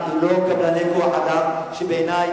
הם לא קבלני כוח-אדם שבעיני,